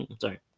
Sorry